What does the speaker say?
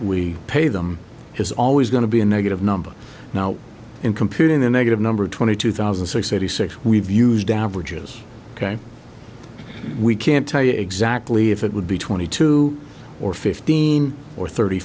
we pay them is always going to be a negative number now in computing the negative number twenty two thousand six eighty six we've used averages ok we can't tell you exactly if it would be twenty two or fifteen or thirty